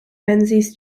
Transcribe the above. menzies